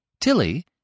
Tilly